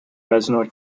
reznor